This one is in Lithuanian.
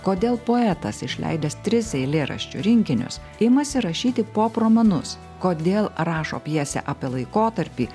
kodėl poetas išleidęs tris eilėraščių rinkinius imasi rašyti popromanus kodėl rašo pjesę apie laikotarpį